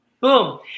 Boom